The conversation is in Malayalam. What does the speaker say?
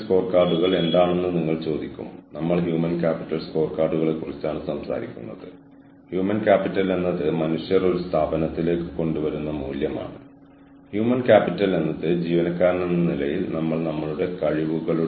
സുസ്ഥിരതയുടെ മാനദണ്ഡ വ്യാഖ്യാനങ്ങളുടെ സാമൂഹിക പ്രത്യാഘാതങ്ങൾ സാമൂഹിക നിയമസാധുത ഓഹരി ഉടമകളോടുള്ള ഉത്തരവാദിത്തം വിശ്വാസത്തിൽ പരിശ്രമിച്ച ആരോടും ഉള്ള ഉത്തരവാദിത്തം വിശ്വാസ്യത ജീവിത നിലവാരം നല്ല ബന്ധങ്ങൾ എന്നിവയാണ്